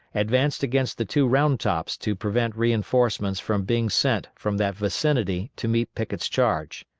advanced against the two round tops to prevent reinforcements from being sent from that vicinity to meet pickett's charge.